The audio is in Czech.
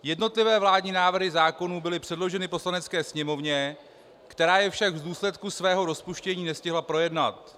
Jednotlivé vládní návrhy zákonů byly předloženy Poslanecké sněmovně, která je však v důsledku svého rozpuštění nestihla projednat.